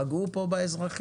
פגעו פה באזרחים,